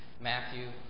Matthew